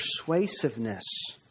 persuasiveness